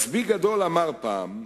מצביא גדול אמר פעם: